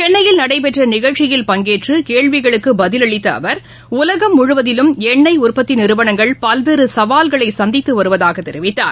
சென்னையில் நடைபெற்ற நிகழ்ச்சியில் பங்கேற்று கேள்விகளுக்குப் பதிலளித்த அவர் உலகம் முழுவதிலும் எண்ணெய் உற்பத்தி நிறுவனங்கள் பல்வேறு சவால்களை சந்தித்து வருவதாக தெரிவித்தார்